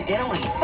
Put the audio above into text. Italy